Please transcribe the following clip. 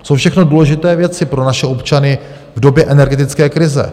To jsou všechno důležité věci pro naše občany v době energetické krize.